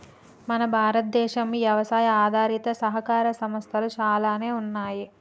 మన భారతదేనం యవసాయ ఆధారిత సహకార సంస్థలు చాలానే ఉన్నయ్యి